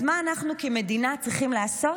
אז מה אנחנו כמדינה צריכים לעשות?